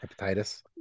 Hepatitis